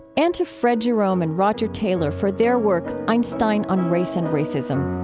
and to fred jerome and rodger taylor for their work einstein on race and racism